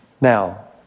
Now